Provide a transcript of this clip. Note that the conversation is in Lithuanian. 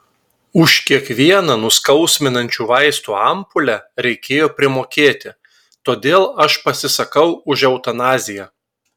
už kiekvieną nuskausminančių vaistų ampulę reikėjo primokėti todėl aš pasisakau už eutanaziją